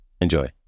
Enjoy